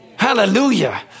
Hallelujah